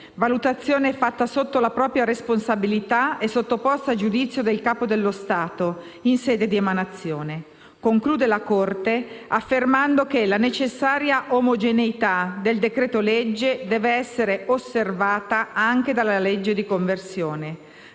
Valutazione fatta sotto la propria responsabilità e sottoposta a giudizio del Capo dello Stato in sede di emanazione. La Corte conclude affermando che la necessaria omogeneità del decreto-legge deve essere osservata anche dalla legge di conversione,